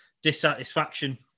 dissatisfaction